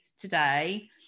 today